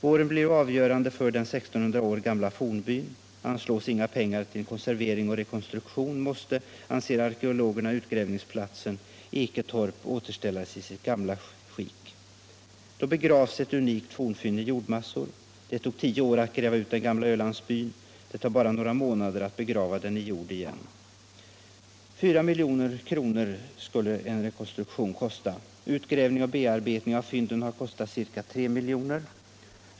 Våren blir avgörande för den 1600 år gamla fornbyn. Anslås inga pengar till konservering och rekonstruktion måste, anser arkeologerna, utgrävningsplatsen Eketorp återställas i sitt gamla skick. Det tog tio år att gräva ut den gamla Ölandsbyn. Det tar bara några månader att begrava den i jord igen. || 4 miljoner kronor skulle en rekonstruktion kosta. Utgrävningen och bearbetningen av fynden har kostat cirka 3 miljoner.